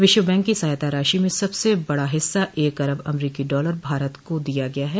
विश्व बैंक की सहायता राशि में सबसे बडा हिस्सा एक अरब अमरीकी डॉलर भारत को दिया गया है